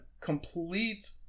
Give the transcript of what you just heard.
complete